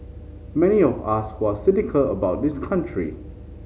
many of us who are cynical about this country